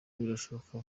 birashoboka